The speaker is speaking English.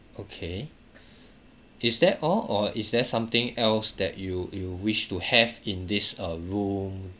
okay is that all or is there something else that you you wish to have in this uh room